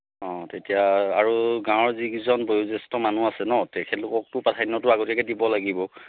অঁ তেতিয়া আৰু গাঁৱৰ যিকেইজন বয়োজ্যেষ্ঠ মানুহ আছে ন তেখেতলোককতো প্ৰাধান্য আগতীয়াকৈ দিব লাগিব